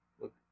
look